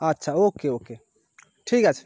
আচ্ছা okay okay ঠিক আছে